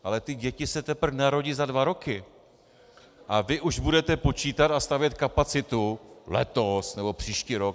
Ale ty děti se teprve narodí za dva roky a vy už budete počítat a stavět kapacitu letos nebo příští rok.